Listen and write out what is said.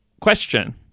question